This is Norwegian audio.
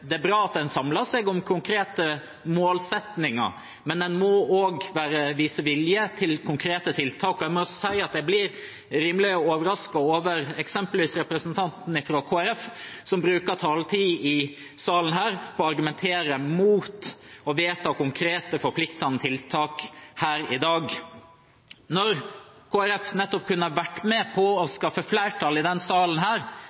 Det er bra at en samler seg om konkrete målsettinger, men man må også vise vilje til konkrete tiltak. Jeg ble rimelig overasket over eksempelvis representanten fra Kristelig Folkeparti, som brukte taletid i denne sal på å argumentere mot å vedta konkrete, forpliktende tiltak i dag, når Kristelig Folkeparti nettopp kunne vært med på å